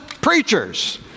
preachers